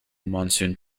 monsoon